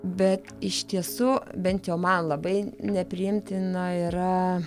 bet iš tiesų bent jau man labai nepriimtina yra